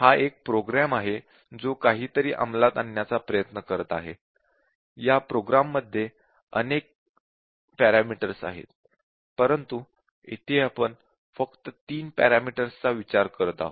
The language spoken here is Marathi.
या प्रोग्राम मध्ये अनेक पॅरामीटर्स आहेत परंतु इथे आपण फक्त 3 पॅरामीटर्स चा विचार करत आहोत